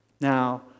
Now